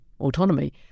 autonomy